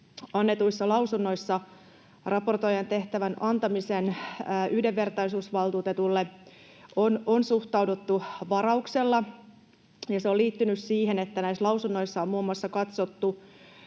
annetuissa lausunnoissa raportoijan tehtävän antamiseen yhdenvertaisuusvaltuutetulle on suhtauduttu varauksella. Se on liittynyt siihen, että näissä lausunnoissa on muun muassa katsottu,